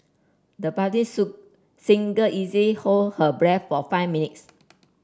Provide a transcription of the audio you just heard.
the budding sue singer easy hold her breath for five minutes